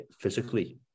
physically